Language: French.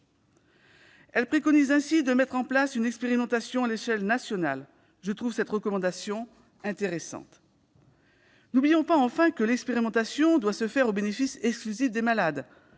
Elle préconise de mettre en place une expérimentation à l'échelon national. Je trouve cette recommandation intéressante. N'oublions pas, enfin, que l'expérimentation doit se faire au bénéfice exclusif des malades.